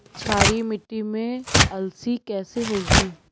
क्षारीय मिट्टी में अलसी कैसे होगी?